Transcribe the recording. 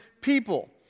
people